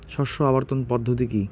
শস্য আবর্তন পদ্ধতি কি?